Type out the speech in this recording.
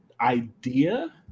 idea